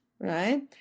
right